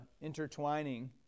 intertwining